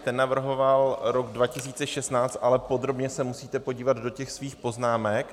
Ten navrhoval rok 2016, ale podrobně se musíte podívat do těch svých poznámek.